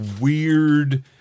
weird